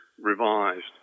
revised